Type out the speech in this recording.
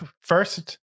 first